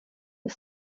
ist